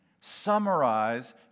summarize